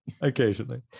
occasionally